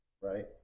right